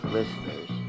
Listeners